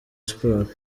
sports